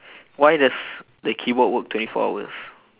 why does the keyboard work twenty four hours